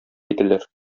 иделәр